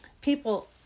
people